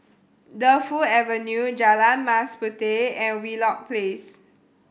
Defu Avenue Jalan Mas Puteh and Wheelock Place